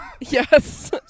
yes